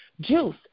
juice